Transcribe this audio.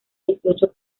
dieciocho